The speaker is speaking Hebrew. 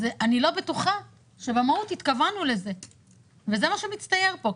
אני לא בטוחה שבמהות התכוונו לזה וזה מה שמצטייר פה.